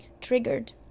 triggered